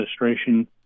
administration